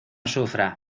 sufra